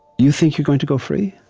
you think you're going to go free?